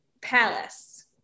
Palace